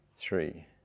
three